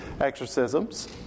exorcisms